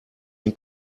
den